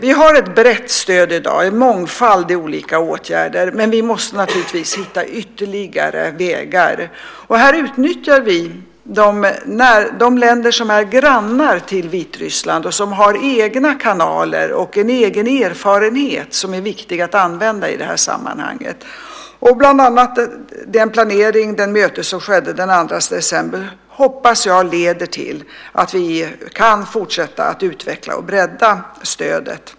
Vi har ett brett stöd i dag, en mångfald i olika åtgärder, men vi måste naturligtvis hitta ytterligare vägar. Här utnyttjar vi de länder som är grannar till Vitryssland och som har egna kanaler och en egen erfarenhet som är viktig att använda i det här sammanhanget. Bland annat planeringen och det möte som var den 2 december hoppas jag leder till att vi kan fortsätta att utveckla och bredda stödet.